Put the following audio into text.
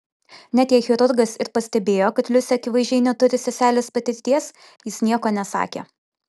net jei chirurgas ir pastebėjo kad liusė akivaizdžiai neturi seselės patirties jis nieko nesakė